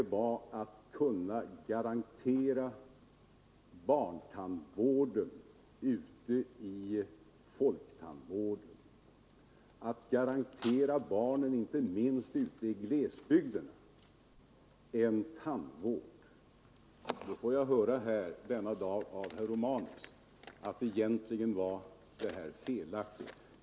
Jo, att garantera barntandvården i folktandvården tillräckliga resurser, att garantera barn inte minst ute i glesbygderna tandvård. Nu får jag höra denna dag av herr Romanus att egentligen skulle detta vara felaktigt.